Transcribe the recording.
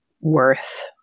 worth